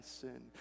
sin